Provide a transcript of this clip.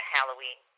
Halloween